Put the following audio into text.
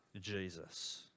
Jesus